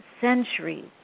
centuries